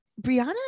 Brianna